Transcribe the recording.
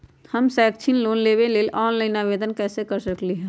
हम शैक्षिक लोन लेबे लेल ऑनलाइन आवेदन कैसे कर सकली ह?